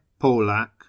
Polak